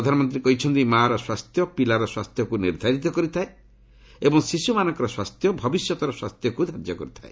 ପ୍ରଧାନମନ୍ତ୍ରୀ କହିଛନ୍ତି ମା'ର ସ୍ୱାସ୍ଥ୍ୟ ପିଲାର ସ୍ୱାସ୍ଥ୍ୟକୁ ନିର୍ଦ୍ଧାରିତ କରିଥାଏ ଏବଂ ଶିଶୁମାନଙ୍କ ସ୍ୱାସ୍ଥ୍ୟ ଭବିଷ୍ୟତର ସ୍ୱାସ୍ଥ୍ୟକୁ ଧାର୍ଯ୍ୟ କରିଥାଏ